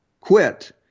quit